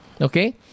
Okay